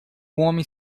homem